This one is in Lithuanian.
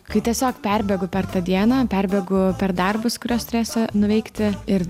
kai tiesiog perbėgu per tą dieną perbėgu per darbus kuriuos turėsiu nuveikti ir